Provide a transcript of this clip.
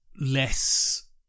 less